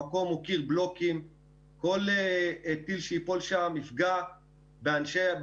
במקום יש קיר בלוקים וכל טיל שייפול שם יפגע בחוסים.